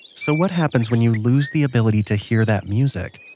so what happens when you lose the ability to hear that music?